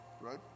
right